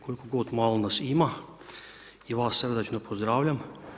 Koliko god malo nas ima i vas srdačno pozdravljam.